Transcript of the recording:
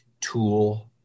tool